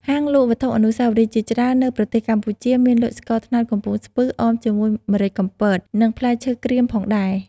ហាងលក់វត្ថុអនុស្សាវរីយ៍ជាច្រើននៅប្រទេសកម្ពុជា មានលក់ស្ករត្នោតកំពង់ស្ពឺ អមជាមួយម្រេចកំពត និងផ្លែឈើក្រៀមផងដែរ។